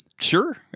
sure